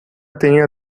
tenía